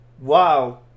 wow